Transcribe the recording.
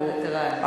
וטרנים.